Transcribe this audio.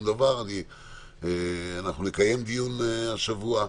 נקיים דיון השבוע.